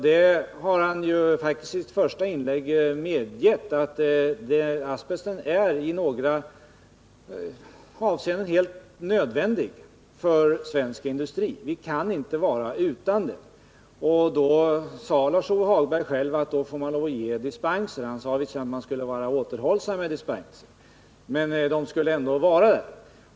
Men Lars-Ove Hagberg har medgett att asbest i några avseenden är helt nödvändig för svensk industri. Vi kan inte vara utan den. Lars-Ove Hagberg sade själv att i sådana fall får man ge dispens. Visserligen måste man vara återhållsam med dispenserna, men de skulle ändå finnas där.